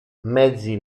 mezzi